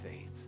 faith